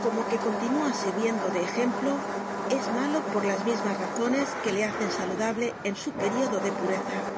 como que continúa sirviendo de ejemplo es malo por las mismas razones que le hacen saludable en su período de pureza